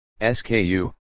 SKU